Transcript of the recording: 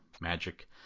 magic